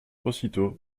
aussitôt